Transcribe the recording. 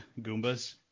Goombas